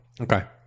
Okay